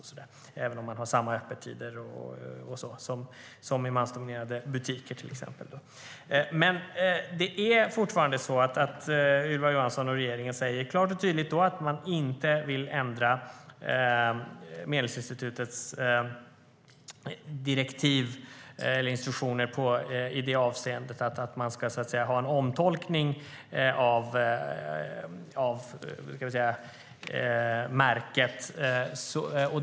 Så säger de även om man har samma öppettider som i mansdominerade butiker, till exempel. Ylva Johansson och regeringen säger fortfarande klart och tydligt att de inte vill ändra Medlingsinstitutets direktiv eller instruktioner i det avseendet att man ska omtolka märket.